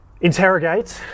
interrogate